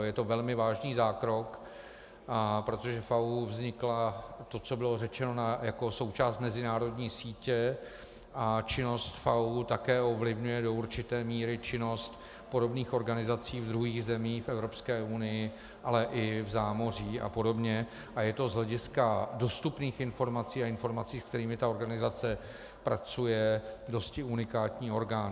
Je to velmi vážný zákrok, a protože FAÚ vznikl, to, co bylo řečeno, jako součást mezinárodní sítě a činnost FAÚ také ovlivňuje do určité míry činnost podobných organizacích v druhých zemích v Evropské unii, ale i v zámoří apod., a je to z hlediska dostupných informací a informací, s kterými ta organizace pracuje, dosti unikátní orgán.